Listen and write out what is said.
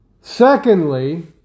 Secondly